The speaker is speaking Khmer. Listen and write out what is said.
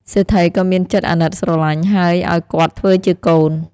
សេដ្ឋីក៏មានចិត្តអាណិតស្រលាញ់ ហើយឱ្យគាត់ធ្វើជាកូន។